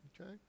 Okay